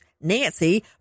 nancy